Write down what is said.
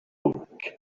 book